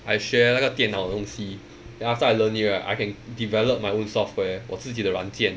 I share 那个电脑的东西 then after I learn it right I can develop my own software 我自己的软件